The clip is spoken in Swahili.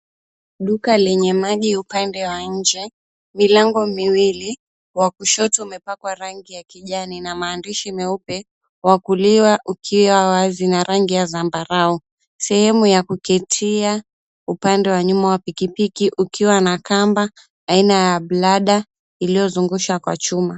Duka lenye maji upande wa nje, milango miwili, wa kushoto umepakwa rangi ya kijani na maandishi meupe, wa kulia ukiwa wazi na rangi ya zambarau. Sehemu ya kuketia upande wa nyuma wa pikipiki ukiwa na kamba aina ya bladder iliyozungushwa kwa chuma.